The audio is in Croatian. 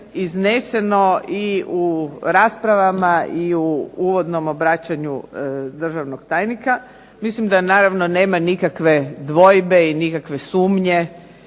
izneseno i u raspravama i u uvodnom obraćanju državnog tajnika. Mislim da naravno nema nikakve dvojbe i nikakve sumnje